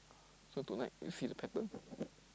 so tonight we see the pattern